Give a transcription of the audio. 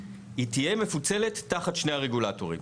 היא תהיה מפוצלת תחת שני הרגולטורים.